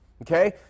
Okay